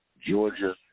Georgia